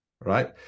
right